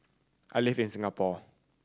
I live in Singapore